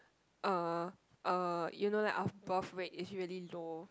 uh uh you know that our birth rate is really low